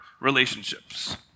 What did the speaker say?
relationships